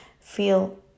feel